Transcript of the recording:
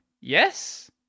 Yes